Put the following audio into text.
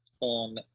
on